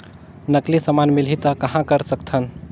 नकली समान मिलही त कहां कर सकथन?